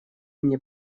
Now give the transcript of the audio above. мне